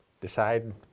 Decide